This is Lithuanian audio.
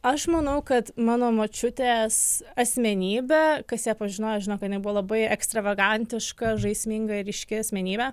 aš manau kad mano močiutės asmenybė kas ją pažinojo žino kad jinai buvo labai ekstravagantiška žaisminga ryški asmenybė